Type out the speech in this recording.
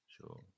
Sure